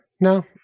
No